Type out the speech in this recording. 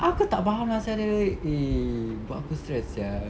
aku tak faham sia dia eh buat aku stress sia